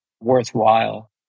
worthwhile